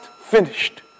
finished